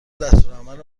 دستورالعمل